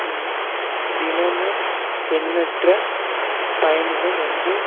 தினமும் எண்ணற்ற பயணிகள் வந்து